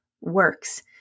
works